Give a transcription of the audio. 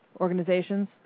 organizations